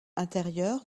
intérieur